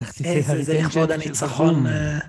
אה, זה לכבוד הניצחון